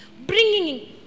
Bringing